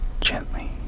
gently